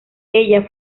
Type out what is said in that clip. ella